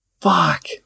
Fuck